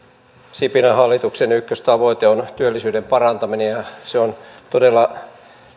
sipilän hallituksen ykköstavoite on työllisyyden parantaminen ja se on todella